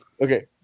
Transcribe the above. Okay